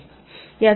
याचा अर्थ काय